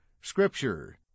Scripture